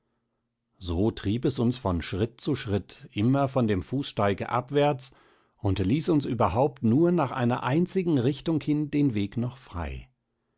so trieb es uns von schritt zu schritt immer von dem fußsteige abwärts und ließ uns überhaupt nur nach einer einzigen richtung hin den weg noch frei